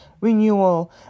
renewal